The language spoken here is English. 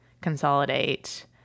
consolidate